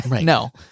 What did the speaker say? No